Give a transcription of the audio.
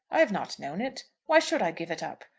i have not known it. why should i give it up?